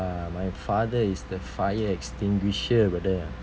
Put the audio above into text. my father is the fire extinguisher brother